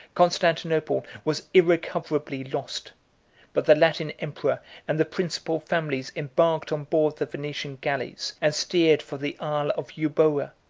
constantinople was irrecoverably lost but the latin emperor and the principal families embarked on board the venetian galleys, and steered for the isle of euba,